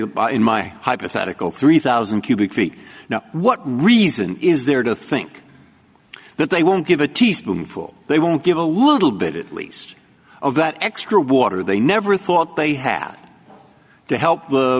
goodbye in my hypothetical three thousand cubic feet now what reason is there to think that they won't give a teaspoonful they won't give a little bit at least of that extra water they never thought they had to help the